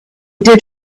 did